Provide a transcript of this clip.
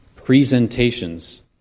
Presentations